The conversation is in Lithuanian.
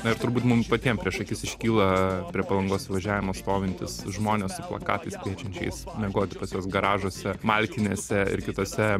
na ir turbūt mum patiem prieš akis iškyla prie palangos įvažiavimo stovintys žmonės su plakatais kviečiančiais miegoti pas juos garažuose malkinėse ir kitose